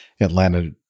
Atlanta